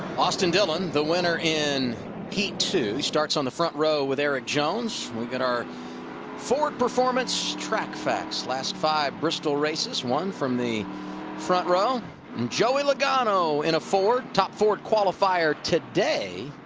austin dillon the winner in heat two starts on the front row with erik jones we got our ford performance track fact. last five bristol races one from the front row and joey logano in a ford, top ford qualifier today,